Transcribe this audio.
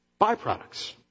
byproducts